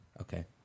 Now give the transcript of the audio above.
Okay